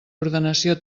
ordenació